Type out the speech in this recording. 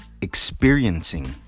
experiencing